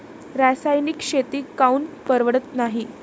रासायनिक शेती काऊन परवडत नाई?